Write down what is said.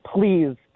please